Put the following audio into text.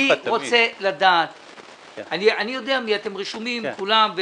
אני יודע מי אתם, אתם רשומים כולם.